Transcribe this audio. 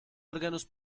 órganos